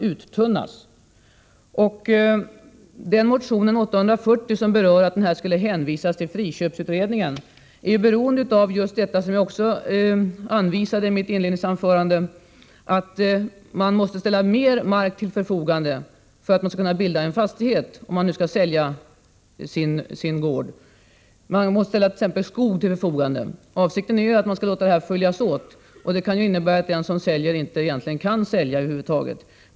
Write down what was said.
Motion 840, där det yrkas att frågan om arrendators förköpsrätt skall hänvisas till friköpsutredningen, har väckts på grund av att det, som jag hänvisade till i mitt inledningsanförande, måste ställas mer mark till förfogande av den som skall sälja sin gård för att det skall kunna bildas en fastighet. Följden av detta kan bli att den som skall sälja över huvud taget inte har möjlighet att sälja.